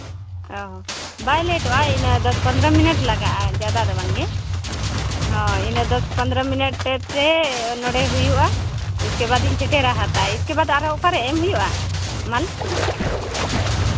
ᱚ ᱵᱟᱭ ᱞᱮᱴᱚᱜᱼᱟ ᱤᱱᱟᱹ ᱫᱚᱥᱼᱯᱚᱸᱫᱽᱨᱚ ᱢᱤᱱᱤᱴ ᱞᱟᱜᱟᱜᱼᱟ ᱡᱟᱫᱟ ᱫᱚ ᱵᱟᱝ ᱜᱮ ᱦᱳᱭ ᱤᱱᱟᱹ ᱫᱚᱥ ᱯᱚᱸᱫᱽᱨᱚ ᱢᱤᱱᱤᱴ ᱛᱮᱜᱮ ᱱᱚᱸᱰᱮ ᱦᱩᱭᱩᱜᱼᱟ ᱤᱥᱠᱮᱵᱟᱫ ᱤᱧ ᱥᱮᱴᱮᱨᱟ ᱦᱟᱛᱟ ᱤᱥᱠᱮᱵᱟᱫ ᱟᱨᱚ ᱚᱠᱟ ᱨᱮ ᱮᱢ ᱦᱩᱭᱩᱜᱼᱟ ᱢᱟᱞ